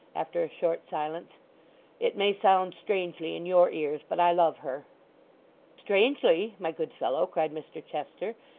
after a short silence it may sound strangely in your ears but i love her strangely, my good fellow cried mr chester,